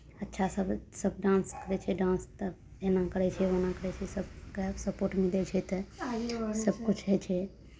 अच्छा सभ सभ डान्स करै छै डान्स तऽ एना करै छै ओना करै छै सभके सपोर्ट मिलै छै तऽ सभकिछु होइ छै